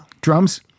Drums